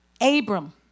Abram